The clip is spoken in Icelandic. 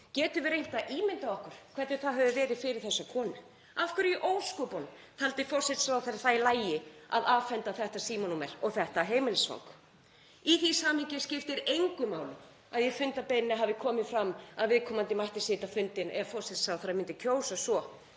Getum við reynt að ímynda okkur hvernig það hefur verið fyrir þessa konu? Af hverju í ósköpunum taldi forsætisráðherra það í lagi að afhenda þetta símanúmer og þetta heimilisfang? Í því samhengi skiptir engu máli að í fundarbeiðni hafi komið fram að viðkomandi mætti sitja fundinn ef forsætisráðherra myndi kjósa svo.